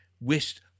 wished